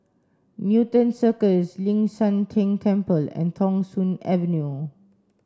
Newton Cirus Ling San Teng Temple and Thong Soon Avenue